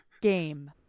game